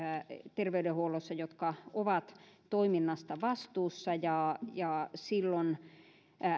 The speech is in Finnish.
jotka ovat toiminnasta vastuussa ja ja silloin